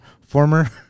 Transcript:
former